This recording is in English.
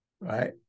right